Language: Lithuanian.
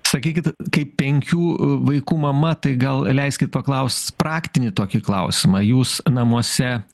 sakykit kaip penkių vaikų mama tai gal leiskit paklaust praktinį tokį klausimą jūs namuose